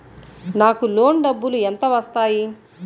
నాకు లోన్ డబ్బులు ఎంత వస్తాయి?